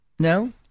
No